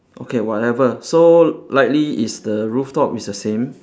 okay whatever so likely it's the rooftop is the same